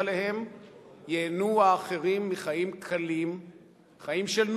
אינו נוכח חיים אמסלם,